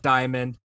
Diamond